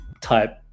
type